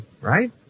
Right